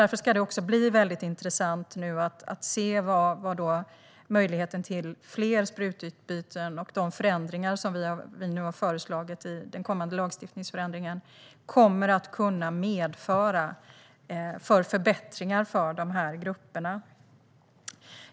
Därför ska det också bli intressant att se vad möjligheten till fler sprututbyten och den ändrade lagstiftningen kommer att medföra för förbättringar för de här grupperna.